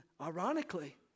ironically